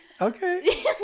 Okay